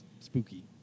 Spooky